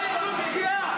זה ארגון פשיעה.